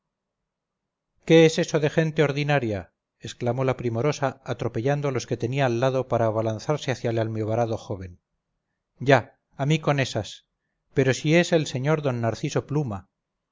es eso de gente ordinaria exclamó la primorosa atropellando a los que tenía al lado para abalanzarse hacia el almibarado joven ya a mí con esas pero si es el sr d narciso pluma